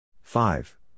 Five